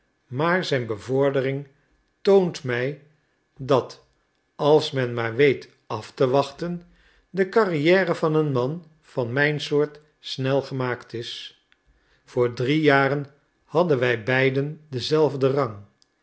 maar zijn bevordering toont mij dat als men maar weet af te wachten de carrière van een man van mijn soort snel gemaakt is voor drie jaren hadden wij beiden denzelfden rang